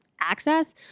access